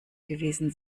gewesen